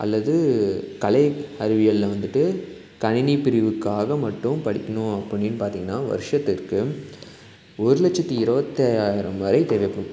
அல்லது கலை அறிவியல்ல வந்துட்டு கணினிப் பிரிவுக்காக மட்டும் படிக்கணும் அப்படின்னு பார்த்தீங்கன்னா வருஷத்திற்கு ஒரு லட்சத்தி இருபத்தையாயிரம் வரை தேவைப்படும்